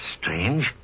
Strange